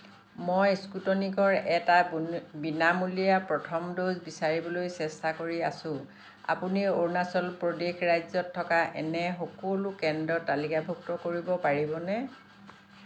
মই স্পুটনিকৰ এটা বিনামূলীয়া প্ৰথম ড'জ বিচাৰিবলৈ চেষ্টা কৰি আছোঁ আপুনি অৰুণাচল প্ৰদেশ ৰাজ্যত থকা এনে সকলো কেন্দ্ৰ তালিকাভুক্ত কৰিব পাৰিবনে